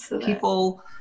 people